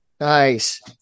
Nice